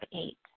eight